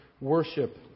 worship